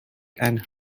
and